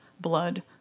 blood